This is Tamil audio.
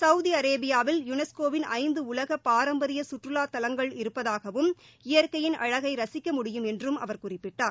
கௌதி அரேபியாவில் யுனஸ்கோவின் ஐந்து உலக பாரம்பரிய கற்றுலாத் தலங்கள் இருப்பதாகவும் இயற்கையின் அழகை ரசிக்க முடியும் என்றும் அவர் குறிப்பிட்டார்